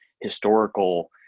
historical